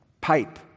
pipe